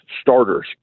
starters